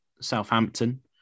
Southampton